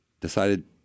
decided